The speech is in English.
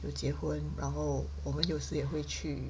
有结婚然后我们有时也会去